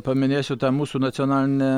paminėsiu tą mūsų nacionalinę